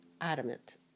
adamant